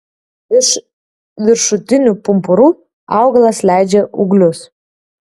iš viršutinių pumpurų augalas leidžia ūglius